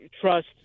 trust